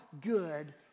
good